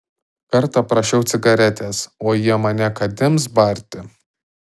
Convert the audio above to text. kartą prašiau cigaretės o jie mane kad ims barti